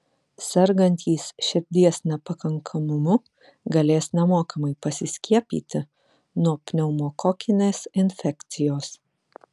sergantys širdies nepakankamumu galės nemokamai pasiskiepyti nuo pneumokokinės infekcijos